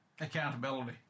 Accountability